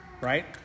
right